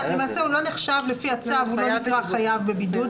לפי הצו הוא לא נקרא חייב בבידוד.